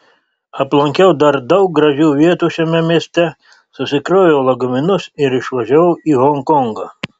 aplankiau dar daug gražių vietų šiame mieste susikroviau lagaminus ir išvažiavau į honkongą